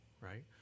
right